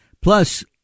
Plus